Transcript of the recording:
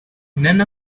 none